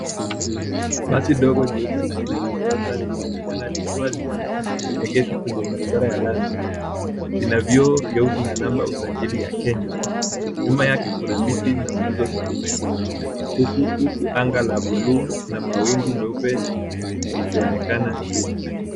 Basi dogo jeupe aina ya Toyota limeonekana likiwa limeegeshwa kwenye barabara ya lami. Inavyoo vyeusi na namba usajili ya kenya. Nyuma yake kuna miti na nguzo za umeme, huku anga la blue na mawingu meupe likionekana juu.